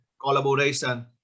collaboration